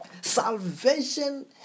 Salvation